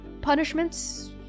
punishments